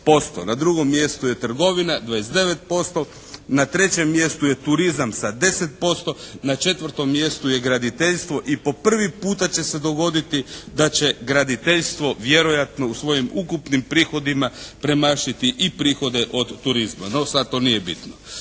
Na drugom mjestu je trgovina 29%, na trećem mjestu je turizam sa 10%, na četvrtom mjestu je graditeljstvo i po prvi puta će se dogoditi da će graditeljstvo vjerojatno u svojim ukupnim prihodima premašiti i prihode od turizma. No, sad to nije bitno,